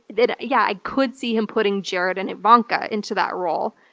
then yeah, i could see him putting jared and ivanka into that role,